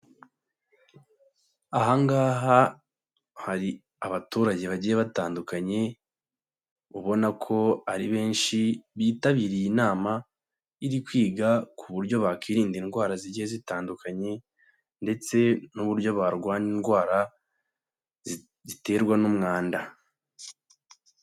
Ahangaha hari abaturage bagiye batandukanye, ubona ko ari benshi, bitabiriye inama iri kwiga ku buryo bakirinda indwara zigiye zitandukanye ndetse n'uburyo barwana indwara zi ziterwa n'umwanda.